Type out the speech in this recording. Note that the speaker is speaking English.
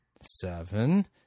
seven